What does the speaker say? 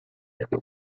piaf